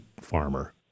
farmer